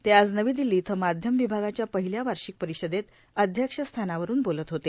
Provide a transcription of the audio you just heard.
ते आज नवी दिल्ली इथं माध्यम विभागाच्या पहिल्या वार्षिक परिषदेत अध्यक्ष स्थानावरून बोलत होते